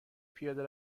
پیاده